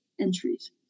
entries